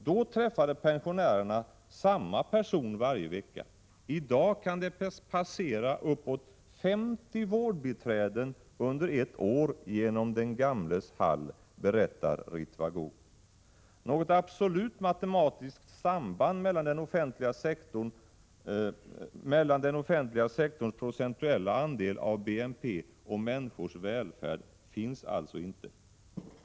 Då träffade pensionärerna samma person varje vecka. I dag kan det passera uppåt 50 vårdbiträden under ett år genom den gamles hall, berättar Ritva Gough. Något absolut matematiskt samband mellan den offentliga sektorns procentuella andel av BNP och människors välfärd finns alltså inte.